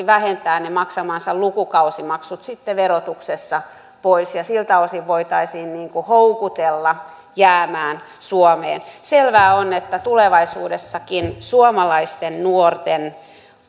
vähentää maksamansa lukukausimaksut verotuksessa pois ja siltä osin voitaisiin houkutella jäämään suomeen selvää on että tulevaisuudessakin suomalaisten nuorten